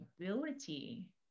ability